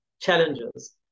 challenges